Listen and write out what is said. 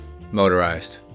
motorized